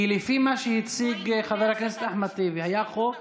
כי לפי מה שהציג חבר הכנסת אחמד טיבי, היה חוק